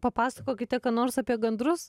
papasakokite ką nors apie gandrus